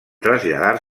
traslladar